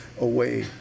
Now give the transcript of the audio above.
away